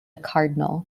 cardinal